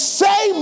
say